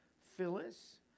Phyllis